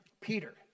Peter